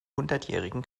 hundertjährigen